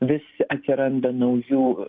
vis atsiranda naujų